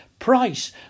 Price